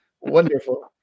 wonderful